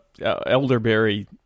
Elderberry